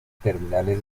terminales